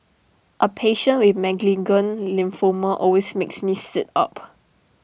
A patient with malignant lymphoma always makes me sit up